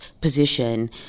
position